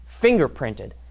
fingerprinted